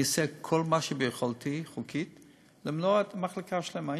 אני אעשה חוקית את כל מה שביכולתי למנוע ממחלקה שלמה,